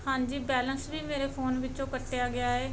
ਹਾਂਜੀ ਬੈਲਂਸ ਵੀ ਮੇਰੇ ਫੋਨ ਵਿੱਚੋਂ ਕੱਟਿਆ ਗਿਆ ਏ